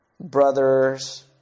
brother's